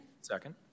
Second